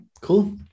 cool